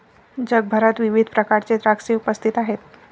जगभरात विविध प्रकारचे द्राक्षे उपस्थित आहेत